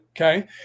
Okay